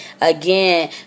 Again